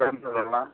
pension ఉంది